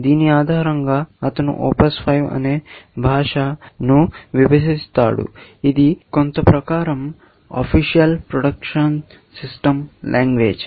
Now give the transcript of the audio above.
దీని ఆధారంగా అతను OPS5 అనే భాషను విభజిస్తాడు ఇది కొంత ప్రకారం ఓఫిషల్ ప్రొడక్షన్ సిస్టం లాంగ్వేజ్